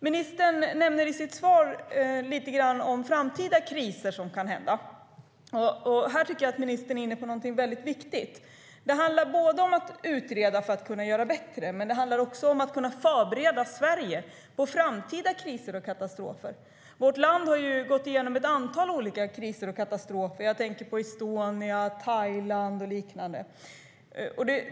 Ministern nämner i sitt svar lite grann om framtida kriser som kan inträffa. Här tycker jag att ministern är inne på någonting väldigt viktigt. Det handlar om att utreda för att kunna göra bättre, men det handlar också om att förbereda Sverige för framtida kriser och katastrofer. Vårt land har gått igenom ett antal olika kriser och katastrofer. Jag tänker på Estonia, Thailand och liknande.